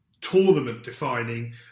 tournament-defining